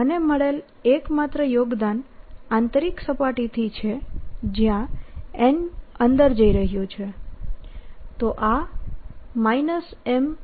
મને મળેલ એકમાત્ર યોગદાન આંતરિક સપાટીથી છે જ્યાં n અંદર જઈ રહ્યું છે